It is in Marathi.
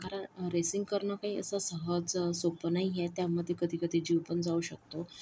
कारण रेसिंग करणं काय असं सहज सोपं नाही आहे त्यामध्ये कधीकधी जीव पण जाऊ शकतो